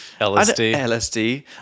LSD